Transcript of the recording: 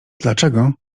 dlaczego